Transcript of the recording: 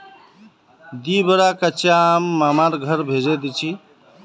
दी बोरा कच्चा आम मामार घर भेजे दीछि